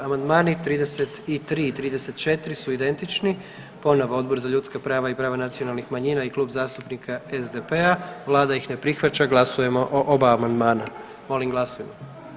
Amandmani 33. i 34. su identični, ponovo Odbor za ljudska prava i prava nacionalnih manjina i Klub zastupnika SDP-a, vlada ih ne prihvaća, glasujemo o oba amandmana, molim glasujmo.